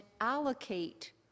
allocate